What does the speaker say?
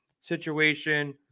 situation